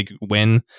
win